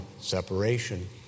separation